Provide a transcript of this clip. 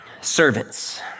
Servants